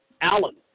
Allen